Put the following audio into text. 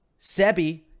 Sebi